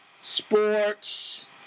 sports